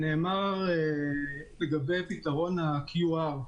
נאמר לגבי פתרון ה QR,